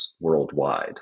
worldwide